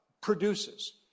produces